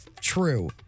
true